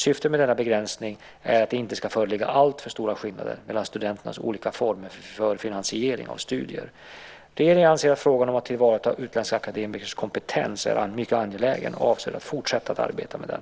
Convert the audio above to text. Syftet med denna tidsbegränsning är att det inte ska föreligga alltför stora skillnader mellan studenters olika former för finansiering av studier. Regeringen anser att frågan om att tillvarata utländska akademikers kompetens är angelägen och avser att fortsätta att arbeta med den.